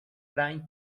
prime